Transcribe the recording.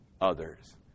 others